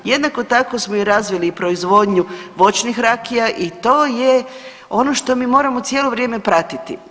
Jednako tako smo i razvili proizvodnju voćnih rakija i to je ono što mi moramo cijelo vrijeme pratiti.